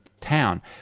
Town